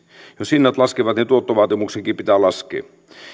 jos hinnat laskevat niin tuottovaatimuksenkin pitää laskea